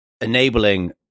enabling